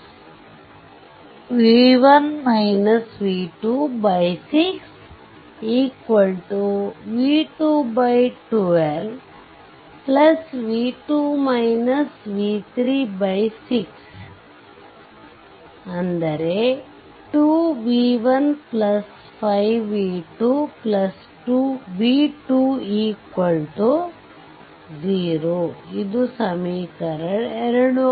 ಆದ್ದರಿಂದನೋಡ್ 2 ನ ಸಮೀಕರಣವು 6 v2 12 6 2 v1 5 v2 v2 0